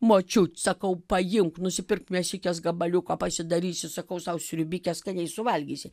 močiut sakau paimk nusipirk mėsikės gabaliuką pasidarysi sakau sau siurbikės skaniai suvalgysi